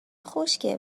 خشکه